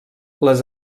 les